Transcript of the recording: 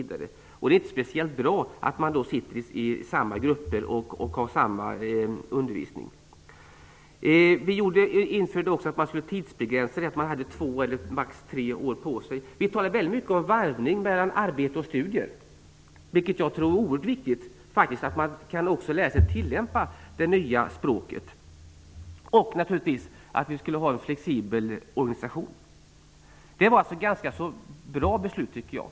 Det är inte speciellt bra att de sitter i samma grupp och får samma undervisning. Vi införde också en tidsbegränsning. Man skulle få två eller max tre år på sig. Vi talade väldigt mycket om varvning mellan arbete och studier. Det tror jag är oerhört viktigt. Då får man också lära sig tillämpa det nya språket. Dessutom skulle vi ha en flexibel organisation. Jag tycker att det var ganska bra beslut.